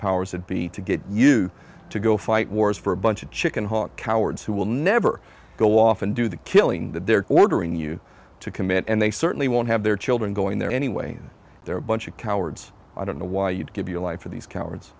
powers that be to get you to go fight wars for a bunch of chickenhawk cowards who will never go off and do the killing that they're ordering you to commit and they certainly won't have their children going there anyway they're a bunch of cowards i don't know why you'd give your life for these cowards